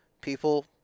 people